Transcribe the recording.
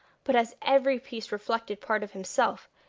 but as every piece reflected part of himself,